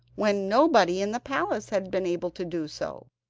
when nobody in the palace had been able to do so!